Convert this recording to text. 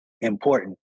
important